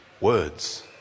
Words